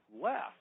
left